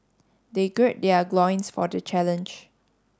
they gird their loins for the challenge